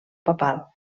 papal